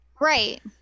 right